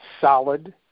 solid